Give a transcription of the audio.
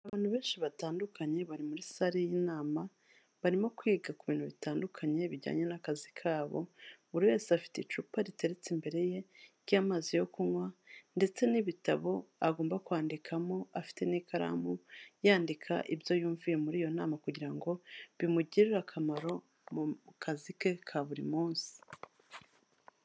Abantu benshi batandukanye bari muri sale y'inama, barimo kwiga ku bintu bitandukanye bijyanye n'akazi ka bo, buri wese afite icupa riteretse imbere ye ry'amazi yo kunywa ndetse n'ibitabo agomba kwandikamo afite n'ikaramu yandika ibyo yumviye muri iyo nama kugira ngo bimugirire akamaro mu kazi ke ka buri munsi.